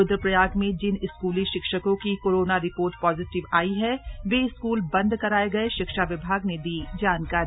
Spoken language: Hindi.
रुद्रप्रयाग में जिन स्कूली शिक्षकों की कोरोना रिपोर्ट पाजिटिव आई है वे स्कूल बन्द कराये गये शिक्षा विभाग ने दी जानकारी